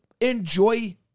enjoy